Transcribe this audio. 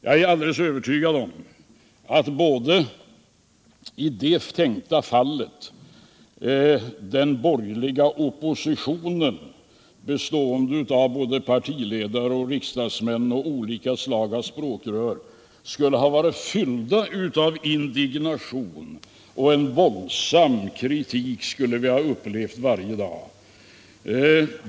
Jag är alldeles övertygad om att i ett sådant fall den borgerliga oppositionen, bestående av såväl partiledare och riksdagsmän som olika slag av språkrör, skulle ha varit fylld av indignation. En våldsam kritik skulle vi ha fått uppleva varje dag.